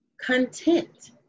content